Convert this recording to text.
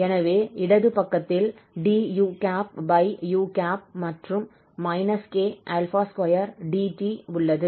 எனவே இடது பக்கத்தில் duu மற்றும் k2dt உள்ளது